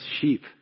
sheep